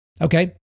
Okay